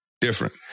Different